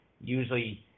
Usually